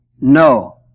No